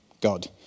God